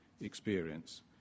experience